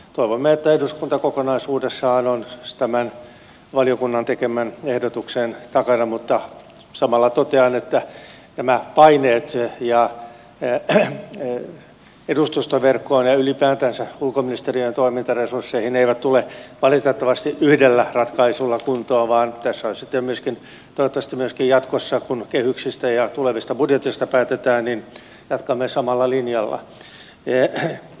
toivomme että eduskunta kokonaisuudessaan on tämän valiokunnan tekemän ehdotuksen takana mutta samalla totean että nämä paineet edustustoverkkoon ja ylipäätänsä ulkoministeriön toimintaresursseihin eivät tule valitettavasti yhdellä ratkaisulla kuntoon vaan jatkamme samalla linjalla toivottavasti myöskin jatkossa kun kehyksistä ja tulevista budjeteista päätetään